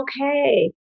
okay